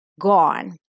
gone